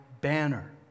banner